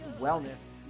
Wellness